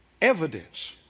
evidence